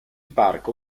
parco